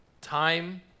time